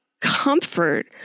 comfort